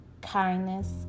kindness